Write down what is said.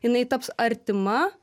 jinai taps artima